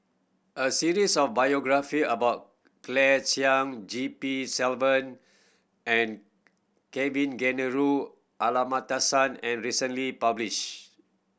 a series of biography about Claire Chiang G P Selvam and Kavignareru Amallathasan and recently published